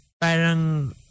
parang